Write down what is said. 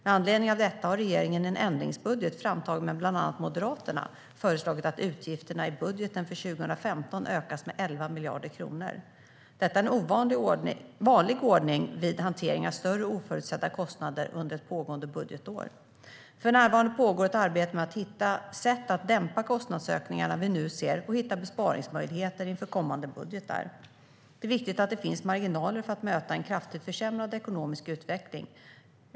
Med anledning av detta har regeringen i en ändringsbudget, framtagen med bland annat Moderaterna, föreslagit att utgifterna i budgeten för 2015 ökas med 11 miljarder kronor. Detta är en vanlig ordning vid hantering av större oförutsedda kostnader under ett pågående budgetår. För närvarande pågår ett arbete med att hitta sätt för att dämpa kostnadsökningarna vi nu ser och hitta besparingsmöjligheter inför kommande budgetar. Det är viktigt att det finns marginaler för att möta en kraftigt försämrad ekonomisk utveckling.